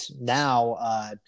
now